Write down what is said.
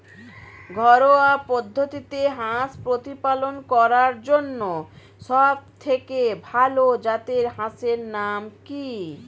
ঘরোয়া পদ্ধতিতে হাঁস প্রতিপালন করার জন্য সবথেকে ভাল জাতের হাঁসের নাম কি?